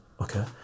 Okay